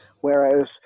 Whereas